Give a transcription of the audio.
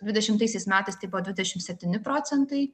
dvidešimtaisiais metais tai buvo dvidešim septyni procentai